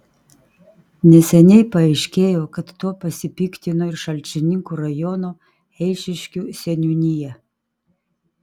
neseniai paaiškėjo kad tuo pasipiktino ir šalčininkų rajono eišiškių seniūnija